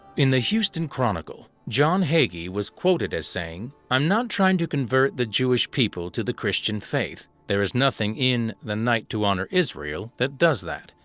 in the houston chronicle, john hagee was quoted as saying i'm not trying to convert the jewish people to the christian faith. there is nothing in the night to honor israel that does that.